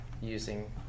using